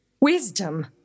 Wisdom